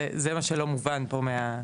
זה מה שלא מובן פה.